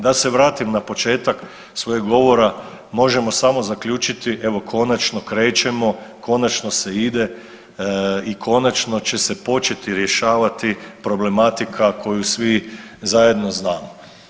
Da se vratim na početak svojeg govora, možemo samo zaključiti evo konačno krećemo, konačno se ide i konačno će se početi rješavati problematika koju svi zajedno znamo.